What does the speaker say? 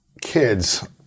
kids